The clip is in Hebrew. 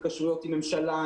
התקשרויות עם ממשלה,